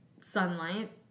sunlight